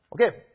Okay